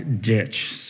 ditch